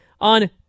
on